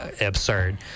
absurd